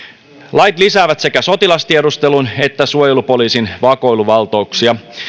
lait lisäävät sekä sotilastiedustelun että suojelupoliisin vakoiluvaltuuksia